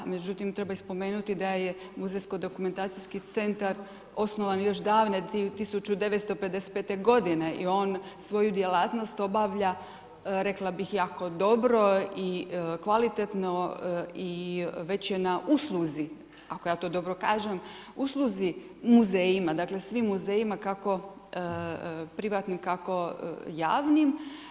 Međutim, treba spomenuti da je muzejsko dokumentacijski centar osnovan još 1955.g i on svoju djelatnost obavlja rekla bih jako dobro i kvalitetno i već je na usluzi ako ja to dobro kažem, usluzi muzejima, dakle, svim muzejima, kako privatnim tako javnim.